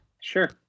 Sure